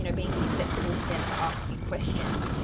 you know being accessible to them to ask you questions.